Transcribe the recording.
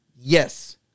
Yes